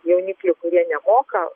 jauniklių kurie nemoka